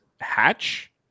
Hatch